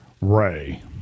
ray